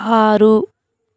ఆరు